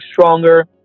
stronger